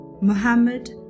Muhammad